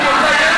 את רוצה ידע?